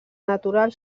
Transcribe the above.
natural